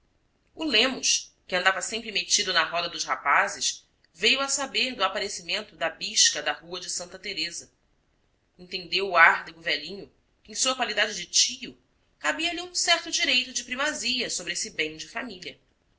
o lemos que andava sempre metido na roda dos rapazes veio a saber do aparecimento da bisca da rua de santa teresa entendeu o árdego velhinho que em sua qualidade de tio cabia lhe um certo direito de primazia sobre esse bem de família